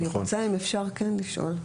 אני רוצה אם אפשר כן לשאול.